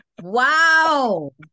wow